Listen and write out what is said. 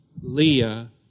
Leah